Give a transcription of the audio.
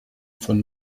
von